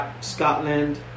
Scotland